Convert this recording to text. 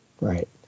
Right